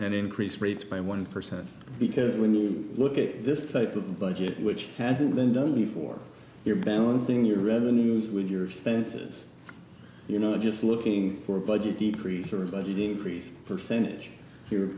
increase rates by one percent because when you look at this type of budget which hasn't been done before you're balancing your revenues with your spence's you know just looking for a budget decrease or if i did increase the percentage you're